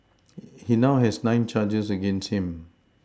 he now has nine charges against him